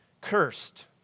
cursed